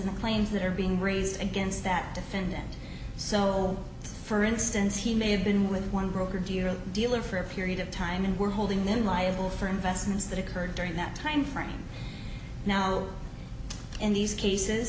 in the claims that are being raised against that defendant so for instance he may have been with one broker during dealer for a period of time and were holding them liable for investments that occurred during that time frame now in these cases